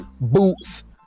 boots